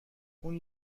اون